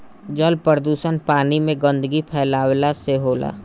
जल प्रदुषण पानी में गन्दगी फैलावला से होला